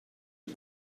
bir